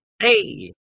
hey